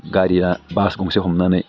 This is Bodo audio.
गारिया बास गंसे हमनानै